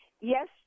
Yes